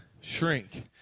shrink